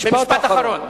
משפט אחרון.